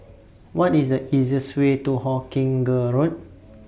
What IS The easiest Way to Hawkinge Road